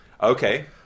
Okay